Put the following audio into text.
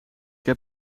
heb